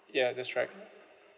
ya that's right